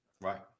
Right